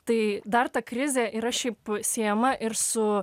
tai dar ta krizė yra šiaip siejama ir su